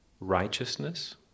Righteousness